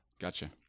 Gotcha